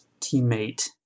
teammate